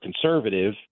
conservative